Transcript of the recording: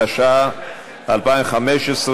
התשע"ה 2015,